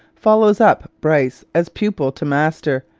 follows up bryce as pupil to master,